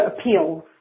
appeals